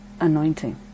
anointing